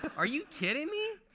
are you kidding me?